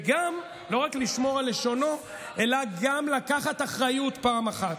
וגם לא רק לשמור על לשונו אלא גם לקחת אחריות פעם אחת.